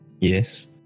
Yes